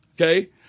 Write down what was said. Okay